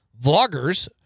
vloggers